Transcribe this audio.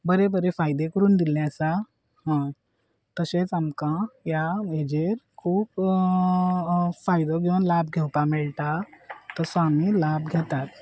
बरे बरे फायदे करून दिल्ले आसा हय तशेंच आमकां ह्या हाजेर खूब फायदो घेवन लाभ घेवपा मेळटा तसो आमी लाभ घेतात